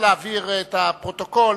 להבהיר לפרוטוקול,